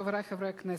חברי חברי הכנסת,